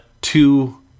two